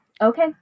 okay